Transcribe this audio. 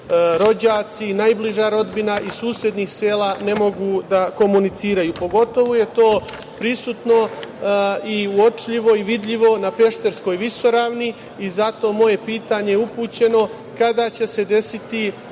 rođaci, najbliža rodbina iz susednih sela ne mogu da komuniciraju. Pogotovo je to prisutno i uočljivo i vidljivo na Pešterskoj visoravni i zato je moje pitanje upućeno Vladi Republike